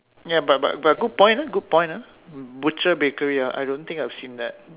ya but but but good point ah good point ah butcher bakery ah I don't think I've seen that